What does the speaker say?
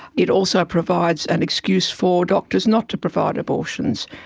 it also provides an excuse for doctors not to provide abortions,